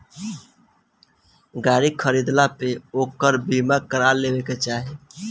गाड़ी खरीदला पे ओकर बीमा करा लेवे के चाही